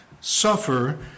suffer